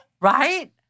Right